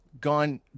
gone